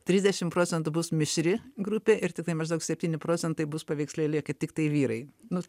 trisdešimt procentų bus mišri grupė ir tiktai maždaug septyni procentai bus paveikslyje kad tiktai vyrai nu